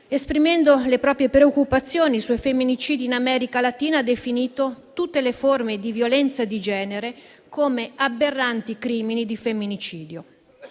esprimendo le proprie preoccupazioni sui femminicidi in America Latina, ha definito tutte le forme di violenza di genere come aberranti crimini di femminicidio.